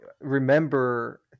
remember